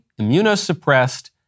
immunosuppressed